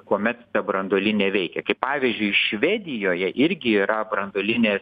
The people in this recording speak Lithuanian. kuomet branduolinė veikia kaip pavyzdžiui švedijoje irgi yra branduolinė